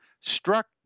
struck